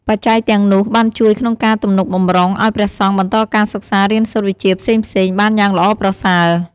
បច្ច័យទាំងនោះ បានជួយក្នុងការទំនុកបម្រុងឱ្យព្រះសង្ឃបន្តការសិក្សារៀនសូត្រវិជ្ជាផ្សេងៗ បានយ៉ាងល្អប្រសើរ។